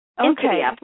Okay